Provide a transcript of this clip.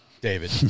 David